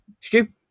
Stu